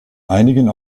einigen